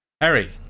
Harry